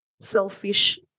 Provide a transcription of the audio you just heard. selfish